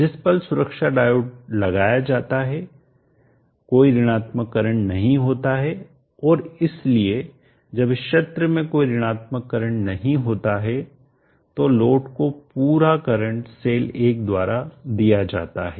जिस पल सुरक्षा डायोड लगाया जाता है कोई ऋणात्मक करंट नहीं होता है और इसलिए जब इस क्षेत्र में कोई ऋणात्मक करंट नहीं होता है तो लोड को पूरा करंट सेल 1 द्वारा दिया जाता है